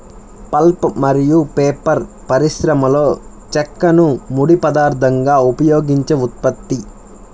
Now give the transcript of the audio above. pulp మరియు paper పరిశ్రమలోచెక్కను ముడి పదార్థంగా ఉపయోగించే ఉత్పత్తి